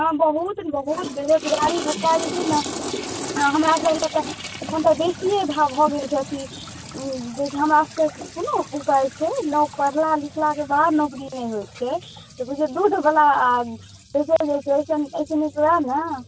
हँ बहुत बहुत बेरोजगारी भत्ता जे छै ने हँ हमरासब लए तऽ मतलब बेसिए भऽ गेल छै अथी हमरासबके कोनो उपाइ नहि छै पढ़ला लिखलाके बाद नौकरी नहि होइ छै बुझिऔ दूधवला एहिसँ नीक वएह ने